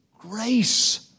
grace